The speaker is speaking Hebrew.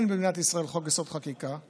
אין במדינת ישראל חוק-יסוד: חקיקה.